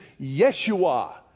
Yeshua